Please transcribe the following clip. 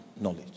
knowledge